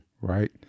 Right